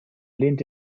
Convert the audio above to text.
lehnt